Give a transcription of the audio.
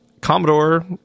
Commodore